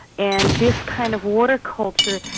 and this kind of water culture,